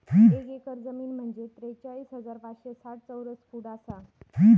एक एकर जमीन म्हंजे त्रेचाळीस हजार पाचशे साठ चौरस फूट आसा